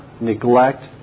neglect